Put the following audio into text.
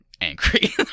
angry